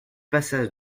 passage